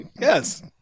yes